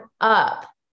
up